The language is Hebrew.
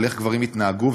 על איך גברים התנהגו,